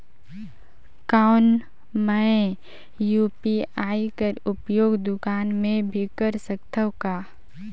कौन मै यू.पी.आई कर उपयोग दुकान मे भी कर सकथव का?